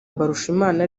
mbarushimana